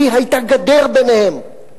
כי היתה גדר ביניהם.